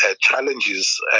challenges